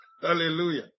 Hallelujah